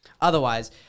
Otherwise